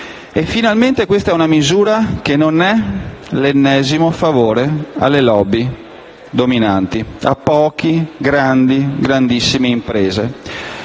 Finalmente questa è una misura che non è l'ennesimo favore alle *lobby* dominanti, a poche, grandi, grandissime imprese.